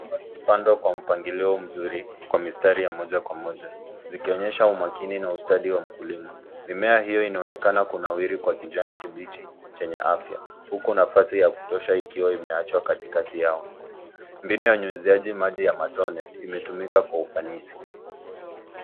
Sukuma zimepandwa kwa mpangilio mzuri, kwa mistari ya moja kwa moja ,zikionyesha umakini na ustadi wa mkulimaMimea hiyo inaonekana kunawiri kwa kijani kibichi chenye afya. Huko nafasi ya kutosha ikiwa imeachwa katikati yao. Mbinu ya unyunyiziaji maji ya matone imetumika kwa ufanisi.